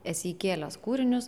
esi įkėlęs kūrinius